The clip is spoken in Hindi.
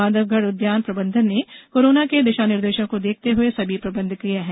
बांधवगढ उदयान प्रबंधन ने कोरोना के दिषानिर्देषों को देखते हुए सभी प्रबंध किये हैं